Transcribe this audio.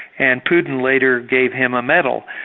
and putin later gave him a medal.